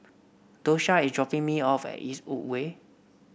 Doshia is dropping me off at Eastwood Way